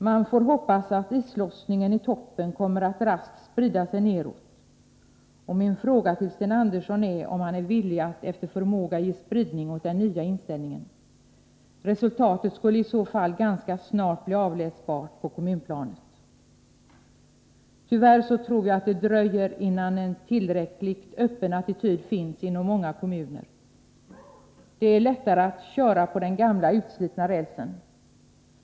Man får hoppas att islossningen i toppen raskt kommer att sprida sig neråt, och min fråga till Sten Andersson är om han är villig att efter förmåga ge spridning åt den nya inställningen. Resultatet skulle i så fall ganska snart bli avläsbart på kommunplanet. Tyvärr tror jag att det dröjer innan en tillräckligt öppen attityd finns inom 97 många kommuner. Det är lättare att köra på den gamla utslitna rälsen.